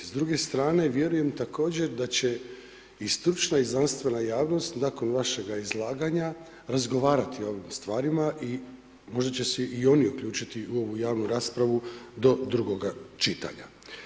S druge strane, vjerujem također, da će i stručna i znanstvena javnost nakon vašega izlaganja razgovarati o ovim stvarima i možda će se i oni uključiti u ovu javnu raspravu do drugoga čitanja.